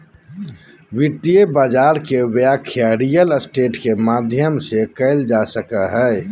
वित्तीय बाजार के व्याख्या रियल स्टेट के माध्यम से कईल जा सको हइ